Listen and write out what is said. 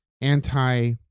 anti